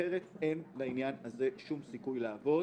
אחרת אין לעניין הזה שום סיכוי לעבוד